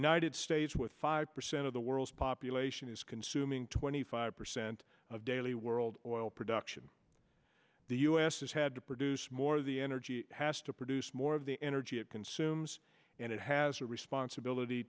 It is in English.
united states with five percent of the world's population is consuming twenty five percent of daily world oil production the us has had to produce more the energy has to produce more of the energy it consumes and it has a responsibility